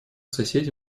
соседи